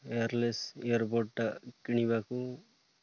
wireless ear ବଡ଼୍ଟା କିଣିବାକୁ